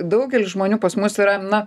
daugelis žmonių pas mus yra na